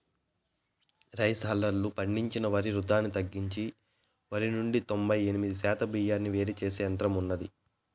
rice హల్లర్లు పండించిన వరి వృధాను తగ్గించి వరి నుండి తొంబై ఎనిమిది శాతం బియ్యాన్ని వేరు చేసే యంత్రం ఉన్నాది